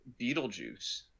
Beetlejuice